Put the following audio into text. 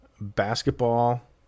Basketball